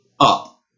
up